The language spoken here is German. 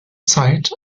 zeit